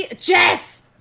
jess